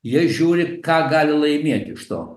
jie žiūri ką gali laimėti iš to